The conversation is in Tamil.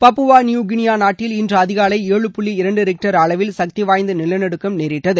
பப்புவா நியுகினியா நாட்டில் இன்று அதிகாலை ஏழு புள்ளி இரண்டு ரிக்டர் அளவில் சக்திவாய்ந்த நிலநடுக்கம் நேரிட்டது